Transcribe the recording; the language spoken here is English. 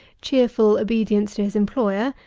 cheerful obedience to his employer,